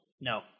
No